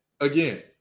again